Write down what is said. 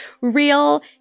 real